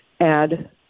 add